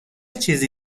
چیزی